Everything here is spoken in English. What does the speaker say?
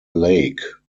lake